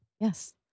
Yes